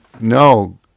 No